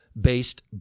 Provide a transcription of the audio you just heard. based